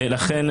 לכן,